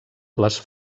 les